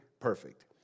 perfect